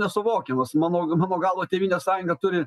nesuvokiamas mano mano galva tėvynės sąjunga turi